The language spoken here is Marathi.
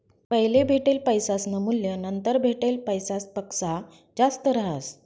पैले भेटेल पैसासनं मूल्य नंतर भेटेल पैसासपक्सा जास्त रहास